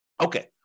Okay